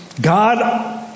God